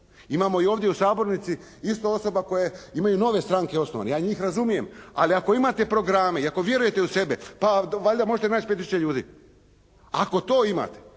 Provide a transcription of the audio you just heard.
Imamo i ovdje u sabornici isto osoba koje imaju nove stranke osnovane. Ja njih razumijem. Ali ako imate programe i ako vjerujete u sebe pa valjda možete naći 5 tisuća ljudi. Ako to imate,